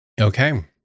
Okay